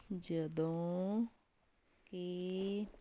ਜਦੋਂ ਕਿ